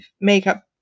makeup